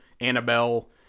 Annabelle